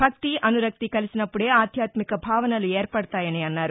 భక్తి అనురక్తి కలిసినప్పుడే ఆధ్యాత్మిక భావనలు ఏర్పడతాయని అన్నారు